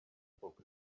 book